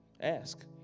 ask